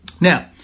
Now